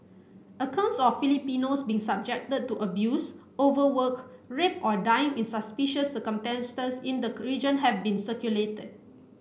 accounts of Filipinos being subjected to abuse overwork rape or dying in suspicious circumstances in the region have been circulated